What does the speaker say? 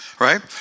Right